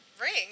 ring